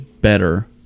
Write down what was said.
better